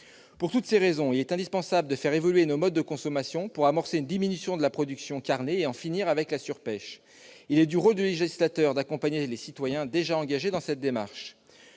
Pour toutes ces raisons, il est indispensable de faire évoluer nos modes de consommation, en vue d'amorcer une diminution de la production carnée et d'en finir avec la surpêche. Il est du rôle du législateur d'accompagner les citoyens déjà engagés dans cette démarche.